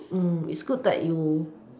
mm it's good that you